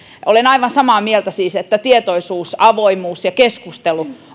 olen siis aivan samaa mieltä että tietoisuus avoimuus ja keskustelu